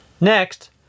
Next